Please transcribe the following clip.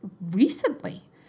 recently